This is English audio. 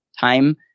time